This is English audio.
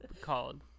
called